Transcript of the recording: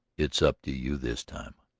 it's up to you this time.